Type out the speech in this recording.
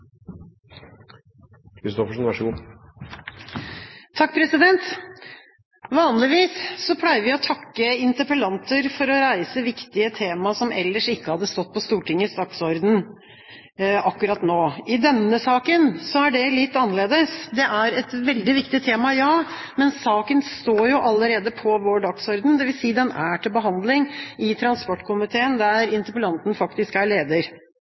Vanligvis pleier vi å takke interpellanter for å reise viktige temaer som ellers ikke ville stått på Stortingets dagsorden akkurat nå. I denne saken er det litt annerledes. Ja, det er et veldig viktig tema, men saken står allerede på vår dagsorden, dvs. den er til behandling i transportkomiteen, der interpellanten faktisk er leder.